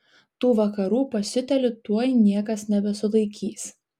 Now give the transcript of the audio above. tų vakarų pasiutėlių tuoj niekas nebesulaikys